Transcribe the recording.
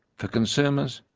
for consumers,